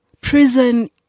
Prison